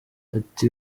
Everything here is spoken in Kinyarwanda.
ati